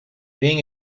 being